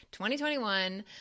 2021